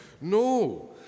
No